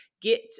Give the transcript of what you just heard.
get